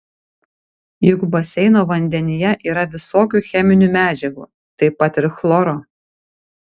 juk baseino vandenyje yra visokių cheminių medžiagų taip pat ir chloro